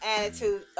attitude